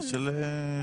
של הצדדים.